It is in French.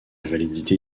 validité